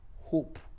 hope